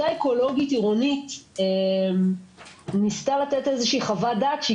אותה אקולוגית עירונית ניסתה לתת איזושהי חוות דעת שהיא